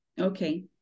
Okay